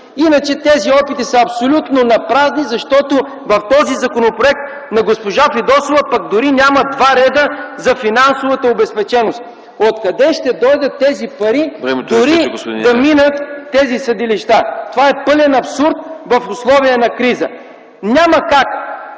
Иначе тези опити са абсолютно напразни, защото в този законопроект на госпожа Фидосова пък дори няма два реда за финансовата обезпеченост. Откъде ще дойдат тези пари, дори да минат тези съдилища? Това е пълен абсурд в условия на криза! Няма как!